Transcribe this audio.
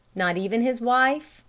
not even his wife,